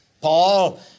Paul